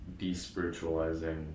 despiritualizing